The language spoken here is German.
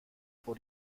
vor